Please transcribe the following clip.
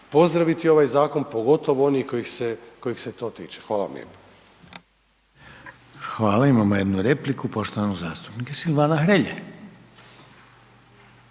pozdraviti ovaj zakon pogotovo oni kojih se to tiče. Hvala vam lijepo. **Reiner, Željko (HDZ)** Hvala. Imamo jednu repliku poštovanog zastupnika Silvana Hrelje.